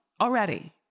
already